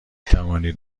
توانید